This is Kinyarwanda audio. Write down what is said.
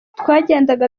twagendaga